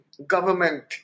government